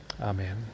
Amen